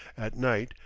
at night,